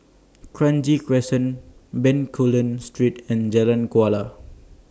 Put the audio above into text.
Kranji Crescent Bencoolen Street and Jalan Kuala